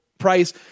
price